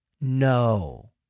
No